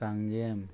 सांगेंम